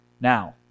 Now